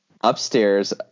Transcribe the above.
upstairs